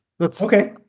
Okay